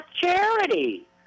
charity